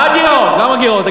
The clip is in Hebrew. מה גירעון, כמה גירעון?